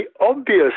obvious